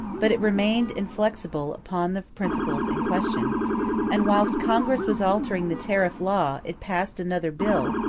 but it remained inflexible upon the principles in question and whilst congress was altering the tariff law, it passed another bill,